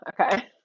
Okay